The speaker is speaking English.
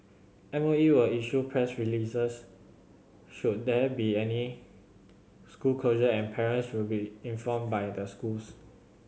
M O E will issue press releases should there be any school closure and parents will be informed by the schools